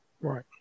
Right